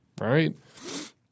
right